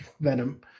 Venom